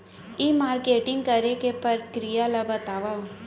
ई marketing करे के प्रक्रिया ला बतावव?